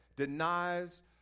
denies